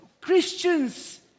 Christians